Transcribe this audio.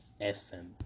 FM